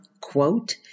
quote